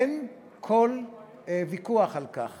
אין כל ויכוח על כך